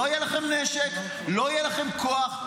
לא יהיה לכם נשק, לא יהיה לכם כוח.